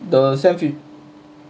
the sam fisher